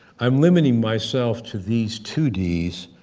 i'm limiting myself to these two d's,